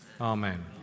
Amen